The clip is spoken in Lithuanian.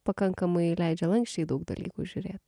pakankamai leidžia lanksčiai į daug dalykų žiūrėt